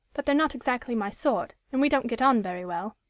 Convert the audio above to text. but they're not exactly my sort, and we don't get on very well.